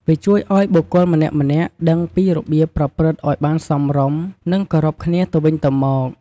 វាជួយឱ្យបុគ្គលម្នាក់ៗដឹងពីរបៀបប្រព្រឹត្តឱ្យបានសមរម្យ និងគោរពគ្នាទៅវិញទៅមក។